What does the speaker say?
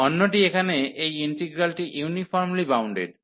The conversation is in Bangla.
অন্যটি এখানে এই ইন্টিগ্রালটি ইউনিফর্মলি বাউন্ডেড